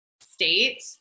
state